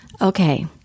Okay